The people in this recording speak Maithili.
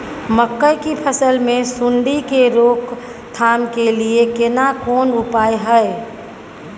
मकई की फसल मे सुंडी के रोक थाम के लिये केना कोन उपाय हय?